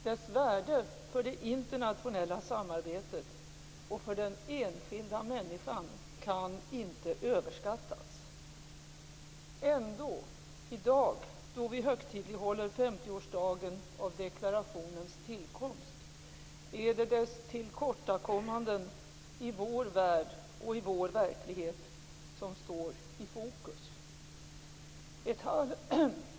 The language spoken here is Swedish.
Dess värde för det internationella samarbetet och för den enskilda människan kan inte överskattas. Ändå, i dag då vi högtidlighåller 50-årsdagen av deklarationens tillkomst, är det dess tillkortakommanden i vår värld och i vår verklighet som står i fokus.